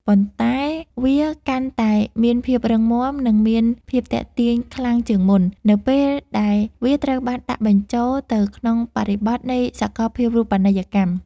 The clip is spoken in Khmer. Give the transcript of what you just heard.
ប៉ុន្តែវាកាន់តែមានភាពរឹងមាំ និងមានភាពទាក់ទាញខ្លាំងជាងមុន នៅពេលដែលវាត្រូវបានដាក់បញ្ចូលទៅក្នុងបរិបទនៃសកលភាវូបនីយកម្ម។